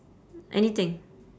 anything